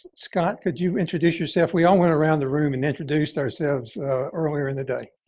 scott, could you introduce yourself? we um went around the room and introduced ourselves earlier in the day.